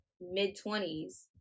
mid-twenties